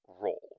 role